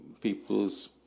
people's